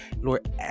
Lord